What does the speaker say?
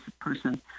person